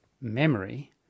memory